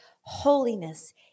Holiness